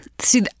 See